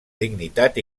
dignitat